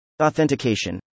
Authentication